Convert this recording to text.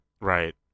Right